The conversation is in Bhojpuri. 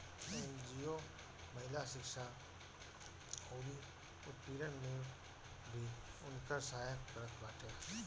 एन.जी.ओ महिला शिक्षा अउरी उत्पीड़न में भी उनकर सहायता करत बाटे